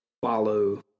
follow